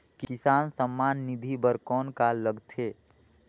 किसान सम्मान निधि बर कौन का लगथे?